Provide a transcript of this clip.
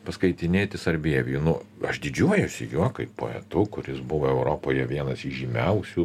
paskaitinėti sarbievijų nu aš didžiuojuosi juo kaip poetu kuris buvo europoje vienas įžymiausių